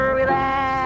relax